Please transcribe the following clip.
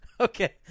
Okay